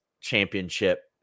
championship